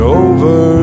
over